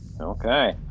Okay